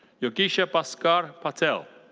yogisha bhaskar patel.